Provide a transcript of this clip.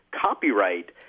copyright